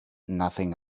nothing